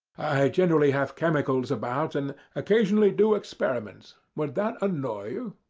i generally have chemicals about, and occasionally do experiments. would that annoy you?